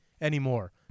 anymore